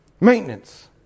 Maintenance